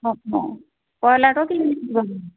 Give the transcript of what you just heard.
অঁ অঁ কইলাৰটো